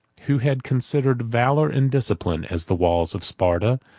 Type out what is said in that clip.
who had considered valor and discipline as the walls of sparta,